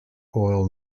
oil